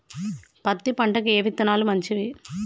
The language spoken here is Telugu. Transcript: పత్తి పంటకి ఏ విత్తనాలు మంచివి?